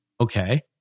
Okay